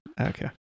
okay